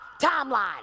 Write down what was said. timeline